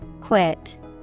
Quit